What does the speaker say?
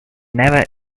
never